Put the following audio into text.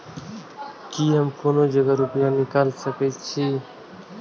की हम कोनो जगह रूपया निकाल सके छी?